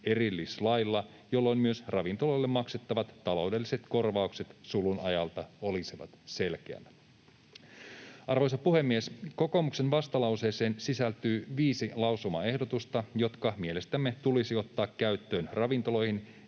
erillislailla, jolloin myös ravintoloille maksettavat taloudelliset korvaukset sulun ajalta olisivat selkeämmät. Arvoisa puhemies! Kokoomuksen vastalauseeseen sisältyy viisi lausumaehdotusta, jotka mielestämme tulisi ottaa käyttöön ravintoloihin